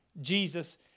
Jesus